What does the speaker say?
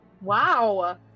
Wow